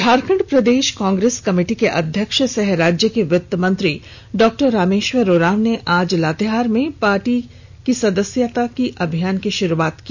झारखंड प्रदेश कांग्रेस कमेटी के अध्यक्ष सह राज्य के वित्त मंत्री डॉ रामेश्वर उरांव ने आज लातेहार में पार्टी सदस्यता अभियान की शुरुआत की